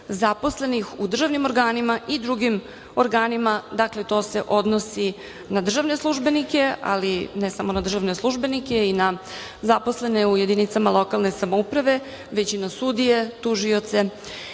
zaposlenih u državnim organima i drugim organima, dakle, to se odnosi na državne službenike, ali ne samo na državne službenike i na zaposlene u jedinicama lokalne samouprave, već i na sudije, tužioce